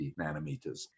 nanometers